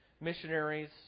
missionaries